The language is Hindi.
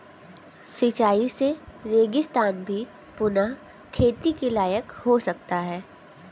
सिंचाई से रेगिस्तान भी पुनः खेती के लायक हो सकता है